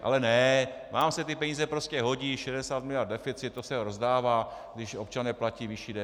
Ale ne, vám se ty peníze prostě hodí, 60 miliard deficit, to se rozdává, když občané platí vyšší DPH.